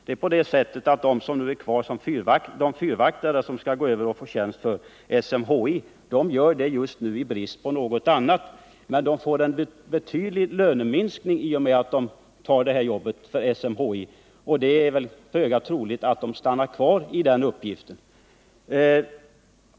De fyrvaktare som nu skall gå över till tjänster inom SMHI gör det i brist på något annat just nu, och de får en betydande löneminskning i och med att de tar detta jobb. Det är inte så säkert att de stannar kvar på dessa tjänster.